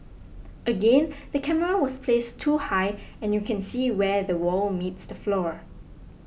again the camera was placed too high and you can see where the wall meets the floor